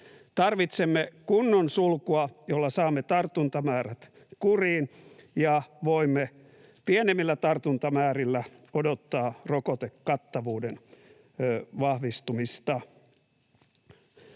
Tarvitsemme kunnon sulkua, jolla saamme tartuntamäärät kuriin, ja voimme pienemmillä tartuntamäärillä odottaa rokotekattavuuden vahvistumista.